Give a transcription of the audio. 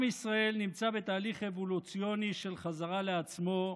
עם ישראל נמצא בתהליך אבולוציוני של חזרה לעצמו,